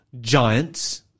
giants